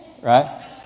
right